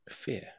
Fear